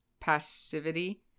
passivity